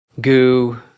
goo